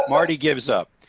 marty gives up